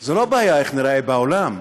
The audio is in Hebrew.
זה לא בעיה איך ניראה בעולם,